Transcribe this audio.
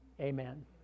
amen